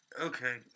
Okay